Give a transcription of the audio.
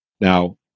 Now